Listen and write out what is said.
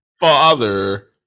father